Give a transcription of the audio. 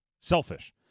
selfish